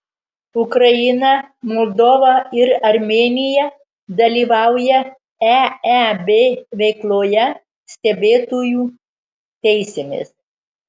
ukraina moldova ir armėnija dalyvauja eeb veikloje stebėtojų teisėmis